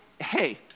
hey